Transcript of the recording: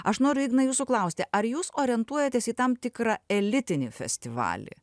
aš noriu ignai jūsų klausti ar jūs orientuojatės į tam tikrą elitinį festivalį